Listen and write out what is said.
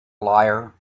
liar